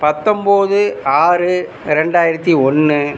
பத்தொம்பது ஆறு ரெண்டாயிரத்தி ஒன்னு